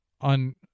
on